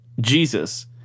Jesus